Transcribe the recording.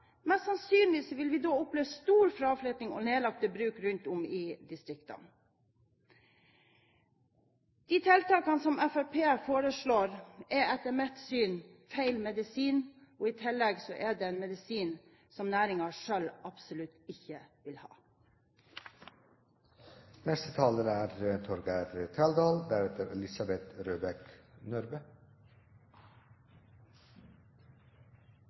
Mest sannsynlig vil vi da oppleve stor fraflytting og nedlagte bruk rundt om i distriktene. De tiltakene som Fremskrittspartiet foreslår, er etter mitt syn feil medisin, og i tillegg er det en medisin som næringen selv absolutt ikke vil